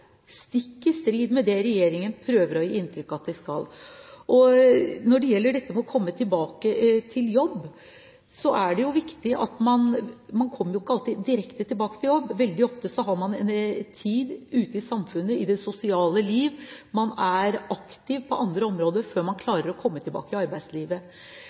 stikk i strid med det regjeringen prøver å gi inntrykk av? Når det gjelder dette med å komme tilbake til jobb, er det jo slik at man ikke alltid kommer direkte tilbake til jobb. Veldig ofte har man en tid ute i samfunnet – i det sosiale liv. Man er aktiv på andre områder før man klarer å komme tilbake i arbeidslivet.